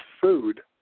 food